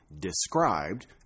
described